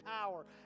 power